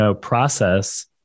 process